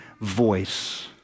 voice